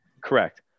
Correct